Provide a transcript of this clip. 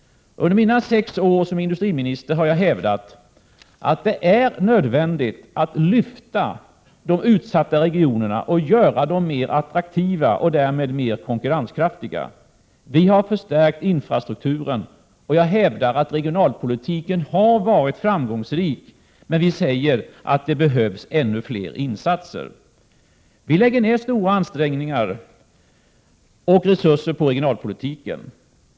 Under mina sex år som industriminister har jag hävdat att det är nödvändigt att lyfta de utsatta regionerna och göra dem mera attraktiva och därmed mera konkurrenskraftiga. Vi har förstärkt infrastrukturen, och jag hävdar att regionalpolitiken har varit framgångsrik. Men vi säger att det behövs fler insatser. Vi lägger ner stora ansträngningar och resurser på regionalpolitiken.